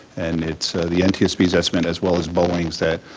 and it's the ntsb's estimate as well as boeing's that